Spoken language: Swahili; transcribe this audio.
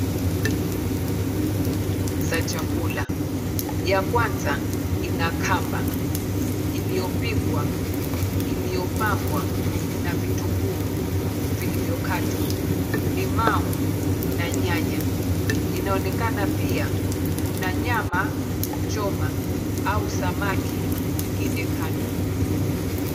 Mbili za chakula. Ya kwanza ina kamba, iliyopikwa, iliyopambwa na vitunguu vilivyokatwa, limau na nyanya. Inaonekana pia kuna nyama choma au samaki mwingine kando.